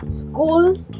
schools